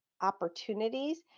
opportunities